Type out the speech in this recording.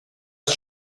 ist